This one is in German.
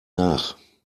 nach